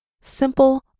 simple